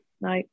No